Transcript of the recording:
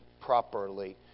properly